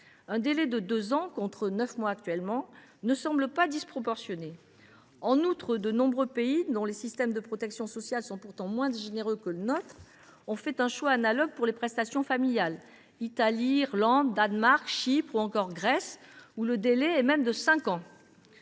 un délai de deux ans, contre neuf mois actuellement, ne semble pas disproportionné. En outre, de nombreux pays dont les systèmes de protection sociale sont pourtant moins généreux que le nôtre ont réalisé des choix analogues pour les prestations familiales. Je pense à l’Italie, à l’Irlande, au Danemark, à Chypre ou encore à la Grèce, où la durée de résidence